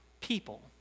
people